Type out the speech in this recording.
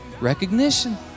recognition